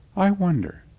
i wonder.